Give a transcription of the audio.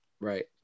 Right